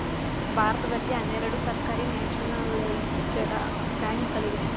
ಭಾರತದಲ್ಲಿ ಹನ್ನೆರಡು ಸರ್ಕಾರಿ ನ್ಯಾಷನಲೈಜಡ ಬ್ಯಾಂಕ್ ಗಳಿವೆ